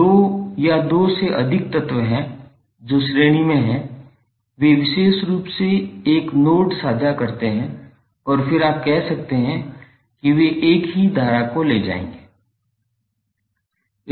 अब दो या दो से अधिक तत्व हैं जो श्रेणी में हैं वे विशेष रूप से एक नोड साझा करते हैं और फिर आप कह सकते हैं कि वे एक ही धारा को ले जाएंगे